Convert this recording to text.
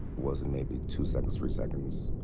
wasn't maybe two seconds, three seconds.